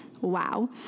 Wow